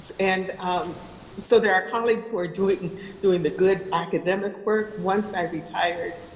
and so there are colleagues who are doing doing the good academic work. once i retired,